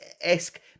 esque